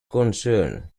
concern